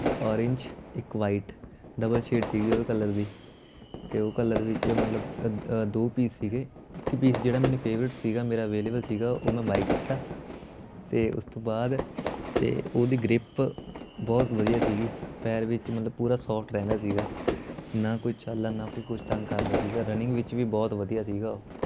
ਇੱਕ ਔਰੇਂਜ ਇੱਕ white double shade ਸੀਗੀ ਉਹ ਕਲਰ ਦੀ ਅਤੇ ਉਹ ਕਲਰ ਵਿੱਚ ਮਤਲਬ ਦੋ ਪੀਸ ਸੀਗੇ ਇੱਕ ਪੀਸ ਜਿਹੜਾ ਮੈਨੂੰ ਫੇਵਰੇਟ ਸੀਗਾ ਮੇਰਾ ਅਵੇਲੇਬਲ ਸੀਗਾ ਉਹ ਮੈਂ ਬਾਏ ਕੀਤਾ ਅਤੇ ਉਸ ਤੋਂ ਬਾਅਦ ਅਤੇ ਉਹਦੀ ਗ੍ਰਿਪ ਬਹੁਤ ਵਧੀਆ ਸੀਗੀ ਪੈਰ ਵਿੱਚ ਮਤਲਬ ਪੂਰਾ ਸ਼ੋਫਟ ਰਹਿੰਦਾ ਸੀਗਾ ਨਾ ਕੋਈ ਛਾਲਾ ਨਾ ਕੋਈ ਕੁਛ ਤੰਗ ਕਰਦਾ ਸੀਗਾ ਰਨਿੰਗ ਵਿੱਚ ਵੀ ਬਹੁਤ ਵਧੀਆ ਸੀਗਾ